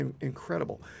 incredible